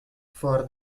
for